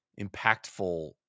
impactful